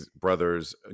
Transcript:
brothers